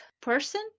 person